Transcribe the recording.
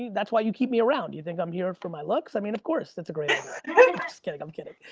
that's why you keep me around, you think i'm here for my looks? i mean, of course that's a great kidding, i'm kidding,